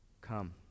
Come